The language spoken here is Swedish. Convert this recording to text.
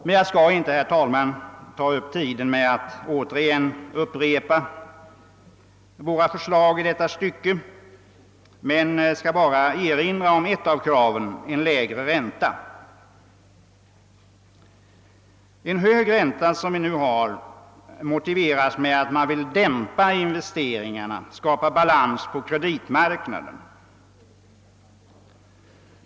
Men jag skall inte, herr talman, ta upp tiden med att upprepa våra förslag i detta stycke. Låt mig emellertid erinra om ett av kraven — kravet på en lägre ränta. En hög ränta som vi nu har motiveras med att man vill dämpa investeringarna, skapa balans på kreditmarknaden.